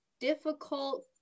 difficult